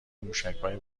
موشکهای